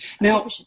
Now